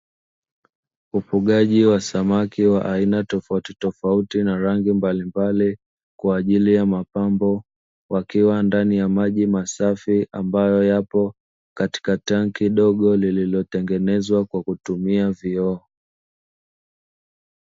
Ufugaji wa samaki wa aina tofautitofauti na rangi mbalimbali kwa ajili ya mapambo, wakiwa ndani ya maji masafi ambayo yapo katika tanki dogo, lililotengenezwa kwa kutumia vioo.